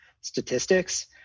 statistics